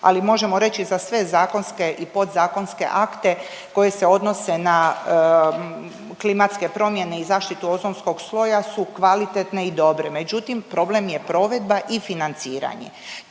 Ali možemo reći za sve zakonske i podzakonske akte koji se odnose na klimatske promjene i zaštitu ozonskog sloja su kvalitetne i dobre, međutim problem je provedba i financiranje.